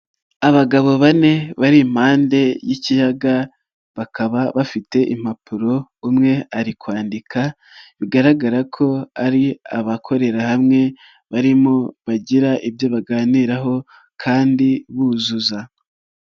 Abagabo bane bari impande y'ikiyaga, bakaba bafite impapuro, umwe ari kwandika bigaragara ko ari abakorera hamwe barimo bagira ibyo baganiraho kandi buzuza.